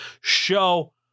show